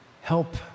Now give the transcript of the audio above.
help